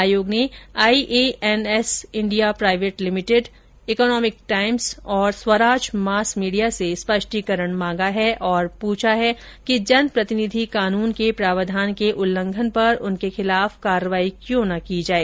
आयोग ने IANS India private limited economic times और स्वराज मास मीडिया से स्पष्टीकरण मांगा है और पूछा है कि जनप्रनिधित्व कानून के प्रावधान के उल्लंघन पर उनके खिलाफ कार्रवाई क्यों न की जाए